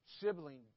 sibling